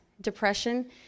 depression